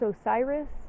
Osiris